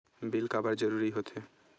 Bill काबर जरूरी होथे?